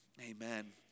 Amen